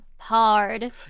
Hard